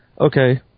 okay